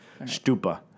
Stupa